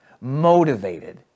motivated